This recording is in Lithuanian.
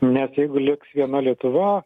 nes jeigu liks viena lietuva